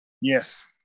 Yes